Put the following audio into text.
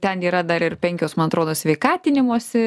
ten yra dar ir penkios man atrodo sveikatinimosi